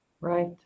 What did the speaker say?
Right